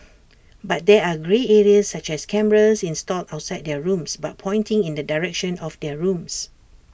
but there are grey areas such as cameras installed outside their rooms but pointing in the direction of their rooms